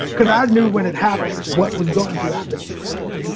because i knew when it happened what was going to happen to her.